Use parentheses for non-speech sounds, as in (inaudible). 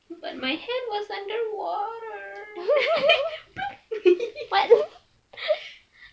but my hand was underwater (laughs)